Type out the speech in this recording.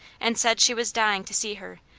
and said she was dying to see her,